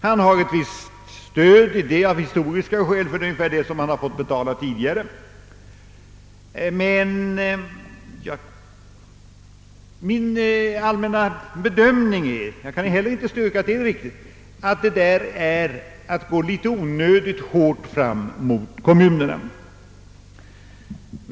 Han har visst stöd av historiska skäl, ty det är ungefär vad kommunerna har fått betala tidigare. Men min allmänna uppfattning är — jag kan heller inte styrka att den är riktig — att detta är att gå litet onödigt hårt fram mot kommunerna.